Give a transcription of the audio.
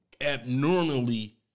abnormally